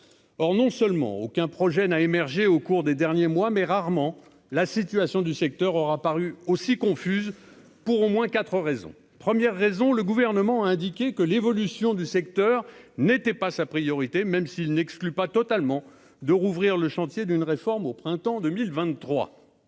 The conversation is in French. or non seulement aucun projet n'a émergé au cours des derniers mois mais rarement la situation du secteur aura paru aussi confuse pour au moins 4 raisons : première raison le gouvernement a indiqué que l'évolution du secteur n'était pas sa priorité, même s'il n'exclut pas totalement de rouvrir le chantier d'une réforme au printemps 2023